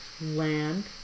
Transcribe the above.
Land